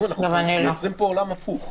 אנחנו יוצרים פה עולם הפוך.